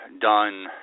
done